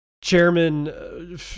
Chairman